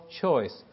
choice